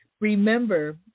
remember